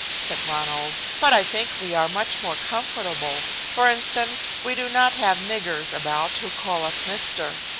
said ronald, but i think we are much more comfortable. for instance, we do not have niggers about who call us mister.